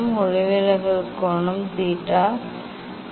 ஒளிவிலகல் கோணமும் theta i